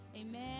Amen